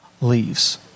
leaves